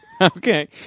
Okay